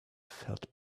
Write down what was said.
felt